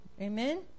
amen